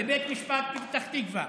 בבית משפט בפתח תקווה,